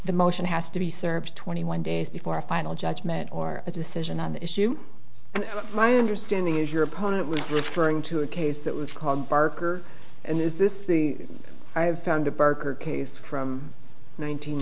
the motion has to be served twenty one days before a final judgment or a decision on the issue and my understanding is your opponent was referring to a case that was called barker and is this the i've found a burker case from